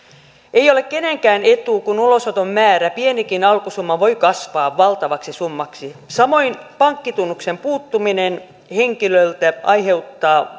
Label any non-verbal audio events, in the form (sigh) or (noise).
ei ole kenenkään etu kun ulosoton määrä pienikin alkusumma voi kasvaa valtavaksi summaksi samoin pankkitunnuksen puuttuminen henkilöltä aiheuttaa (unintelligible)